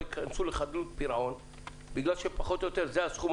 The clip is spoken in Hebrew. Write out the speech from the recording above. ייכנסו לחדלות פירעון בגלל שפחות או יותר זה הסכום,